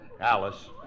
Alice